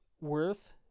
worth